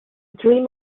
dream